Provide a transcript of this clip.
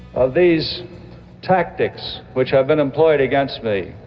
of these tactics which have been employed against me.